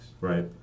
Right